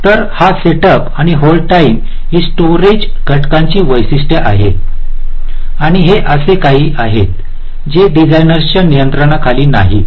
तर हा सेटअप आणि होल्ड टाइम ही स्टोरेज घटकांची वैशिष्ट्ये आहेत आणि हे असे काही आहेत जे डिझाइनर्सच्या नियंत्रणाखाली नाहीत